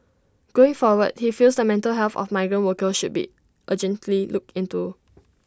going forward he feels the mental health of migrant workers should be urgently looked into